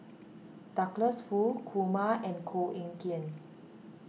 Douglas Foo Kumar and Koh Eng Kian